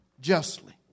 justly